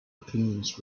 opinions